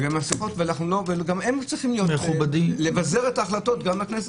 גם הם צריכים לבזר את ההחלטות גם לכנסת